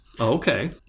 Okay